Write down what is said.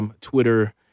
twitter